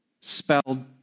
spelled